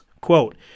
Quote